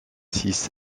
six